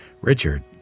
Richard